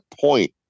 point